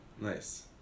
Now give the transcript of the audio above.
nice